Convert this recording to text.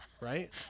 right